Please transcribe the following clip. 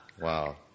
wow